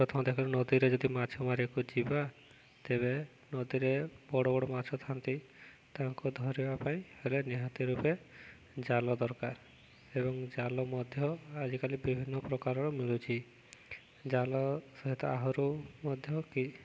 ପ୍ରଥମେ ଦେଖିଲ ନଦୀରେ ଯଦି ମାଛ ମାରିବାକୁ ଯିବା ତେବେ ନଦୀରେ ବଡ଼ ବଡ଼ ମାଛ ଥାଆନ୍ତି ତାଙ୍କୁ ଧରିବା ପାଇଁ ହେଲେ ନିହାତି ରୂପେ ଜାଲ ଦରକାର ଏବଂ ଜାଲ ମଧ୍ୟ ଆଜିକାଲି ବିଭିନ୍ନ ପ୍ରକାରର ମିଳୁଛିି ଜାଲ ସହିତ ଆହୁରି ମଧ୍ୟ କି